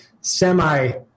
semi